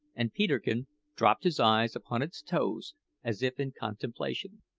and peterkin dropped his eyes upon its toes as if in contemplation.